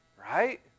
right